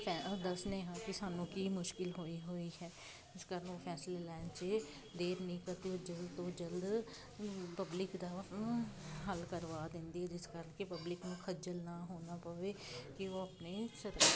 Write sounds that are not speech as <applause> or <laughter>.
ਫੈ ਦੱਸਦੇ ਹਾਂ ਕਿ ਸਾਨੂੰ ਕੀ ਮੁਸ਼ਕਲ ਹੋਈ ਹੋਈ ਹੈ ਜਿਸ ਕਾਰਨ ਉਹ ਫੈਸਲੇ ਲੈਣ 'ਚ ਦੇਰ ਨਹੀਂ ਕਰਦੀ ਉਹ ਜਲਦ ਤੋਂ ਜਲਦ ਪਬਲਿਕ ਦਾ ਹੱਲ ਕਰਵਾ ਦਿੰਦੀ ਜਿਸ ਕਰਕੇ ਪਬਲਿਕ ਨੂੰ ਖੱਜਲ ਨਾ ਹੋਣਾ ਪਵੇ ਕਿ ਉਹ ਆਪਣੇ <unintelligible>